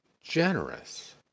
generous